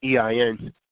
EIN